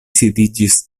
sidiĝis